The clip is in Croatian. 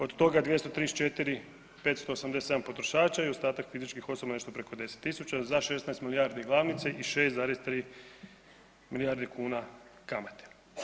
Od toga 234 587 potrošača i ostatak fizičkih osoba, nešto preko 10 tisuća, za 16 milijardi glavnice i 6,3 milijarde kuna kamate.